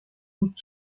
gut